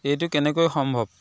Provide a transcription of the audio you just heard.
এইটো কেনেকৈ সম্ভৱ